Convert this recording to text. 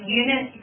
unit